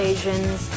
Asians